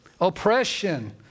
Oppression